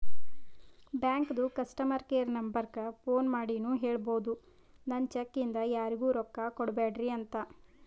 ಬ್ಯಾಂಕದು customer care ನಂಬರಕ್ಕ phone ಮಾಡಿನೂ ಹೇಳ್ಬೋದು, ನನ್ ಚೆಕ್ ಇಂದ ಯಾರಿಗೂ ರೊಕ್ಕಾ ಕೊಡ್ಬ್ಯಾಡ್ರಿ ಅಂತ